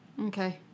Okay